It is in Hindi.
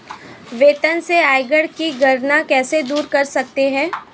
वेतन से आयकर की गणना कैसे दूर कर सकते है?